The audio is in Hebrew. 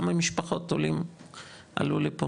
כמה משפחות עלו לפה?